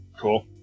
Cool